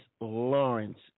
Lawrence